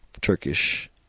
Turkish